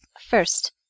First